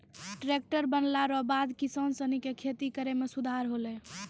tractor बनला रो बाद किसान सनी के खेती करै मे सुधार होलै